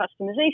customization